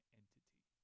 entity